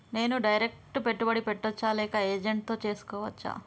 నేను డైరెక్ట్ పెట్టుబడి పెట్టచ్చా లేక ఏజెంట్ తో చేస్కోవచ్చా?